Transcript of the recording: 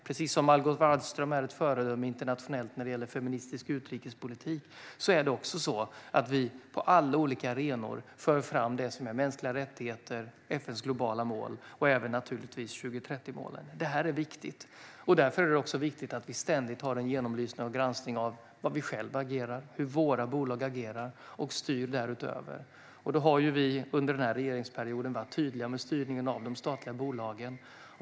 Precis som Margot Wallström är ett föredöme internationellt när det gäller feministisk utrikespolitik för vi på alla olika arenor fram mänskliga rättigheter, FN:s globala mål och 2030-målen. Detta är viktigt, och därför är det också viktigt att vi ständigt har en genomlysning och granskning av hur vi själva och våra bolag agerar och hur vi styr detta. Vi har under denna regeringsperiod varit tydliga med styrningen av de statliga bolagen.